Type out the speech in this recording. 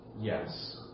Yes